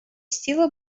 still